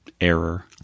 error